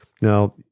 Now